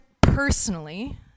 personally